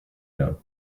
know